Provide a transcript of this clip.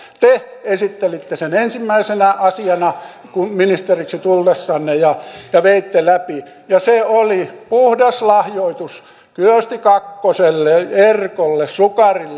te esittelitte sen ensimmäisenä asiana ministeriksi tullessanne ja veitte läpi ja se oli puhdas lahjoitus kyösti kakkoselle erkolle sukarille